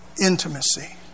Intimacy